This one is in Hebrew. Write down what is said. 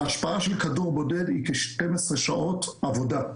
ההשפעה של כדור בודד היא כ-12 שעות עבודה,